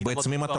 בעצם,